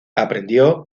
aprendió